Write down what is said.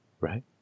right